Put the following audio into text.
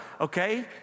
okay